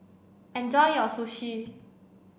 enjoy your Sushi